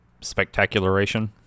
Spectacularation